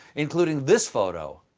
including this photo.